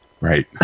Right